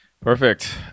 Perfect